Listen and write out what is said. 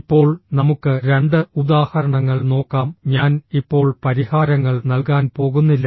ഇപ്പോൾ നമുക്ക് രണ്ട് ഉദാഹരണങ്ങൾ നോക്കാം ഞാൻ ഇപ്പോൾ പരിഹാരങ്ങൾ നൽകാൻ പോകുന്നില്ല